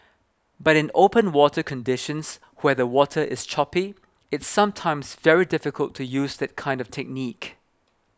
but in open water conditions where the water is choppy it's sometimes very difficult to use that kind of technique